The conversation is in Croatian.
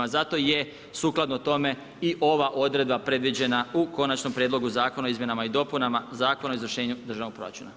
Zato je sukladno tome i ova odredba predviđena u konačnom prijedlogu Zakona izmjenama i dopunama Zakona o izvršenju državnog proračuna.